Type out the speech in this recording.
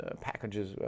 packages